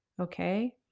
okay